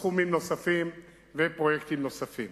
סכומים נוספים ופרויקטים נוספים.